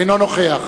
אינו נוכח